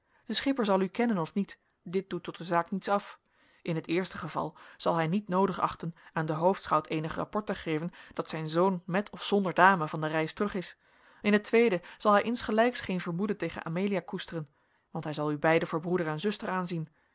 de schipper zal u kennen of niet dit doet tot de zaak niets af in het eerste geval zal hij niet noodig achten aan den hoofdschout eenig rapport te geven dat zijn zoon met of zonder dame van de reis terug is in het tweede zal hij insgelijks geen vermoeden tegen amelia koesteren want hij zal u beiden voor broeder en zuster aanzien